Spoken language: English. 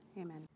amen